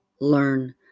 learn